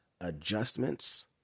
adjustments